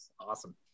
Awesome